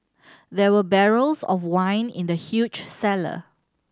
there were barrels of wine in the huge cellar